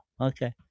okay